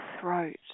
throat